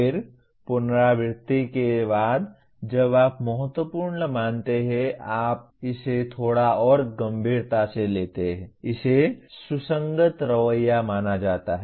फिर पुनरावृत्ति के बाद जब आप महत्वपूर्ण मानते हैं अब आप इसे थोड़ा और गंभीरता से लेते हैं इसे सुसंगत रवैया माना जाता है